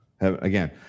Again